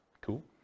Cool